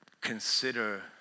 consider